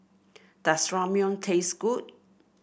does Ramyeon taste good